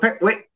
Wait